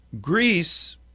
...Greece